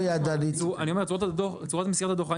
צורת מסירת הדוח.